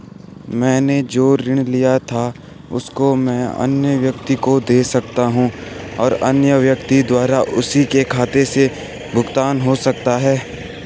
मैंने जो ऋण लिया था उसको मैं अन्य व्यक्ति को दें सकता हूँ और अन्य व्यक्ति द्वारा उसी के खाते से भुगतान हो सकता है?